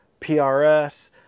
PRS